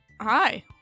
Hi